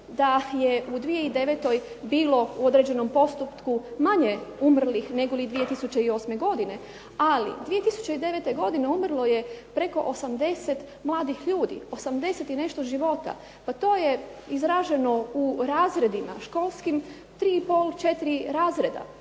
da je u 2009. bilo u određenom postotku manje umrlih, negoli 2008. godine, ali 2009. godine umrlo je preko 80 mladih ljudi, 80 i nešto života, pa to je izraženo u razredima školskim 3 i pol, 4 razreda.